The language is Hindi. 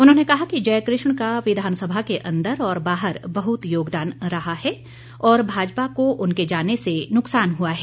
उन्होंने कहा कि जयकृष्ण का विधानसभा के अंदर और बाहर बहुत योगदान रहा है और भाजपा को उनके जाने से नुकसान हुआ है